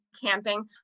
camping